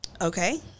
Okay